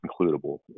includable